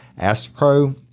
AstroPro